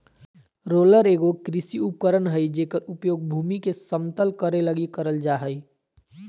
roller एगो कृषि उपकरण हइ जेकर उपयोग भूमि के समतल करे लगी करल जा हइ